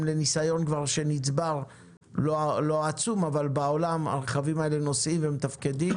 לניסיון הלא גדול בעולם שנצבר הרכבים האלה נוסעים ומתפקדים